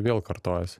vėl kartojas